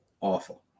awful